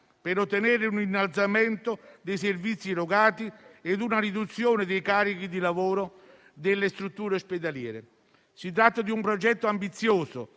per ottenere un innalzamento dei servizi erogati e una riduzione dei carichi di lavoro delle strutture ospedaliere. Si tratta di un progetto ambizioso,